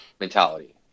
mentality